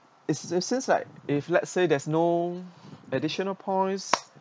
is it since like if let's say there's no additional points